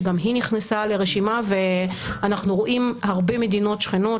שגם היא נכנסה לרשימה ואנחנו רואים הרבה מדינות שכנות,